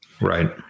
right